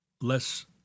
Less